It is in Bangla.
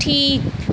ঠিক